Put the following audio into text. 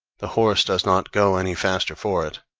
the horse does not go any faster for it.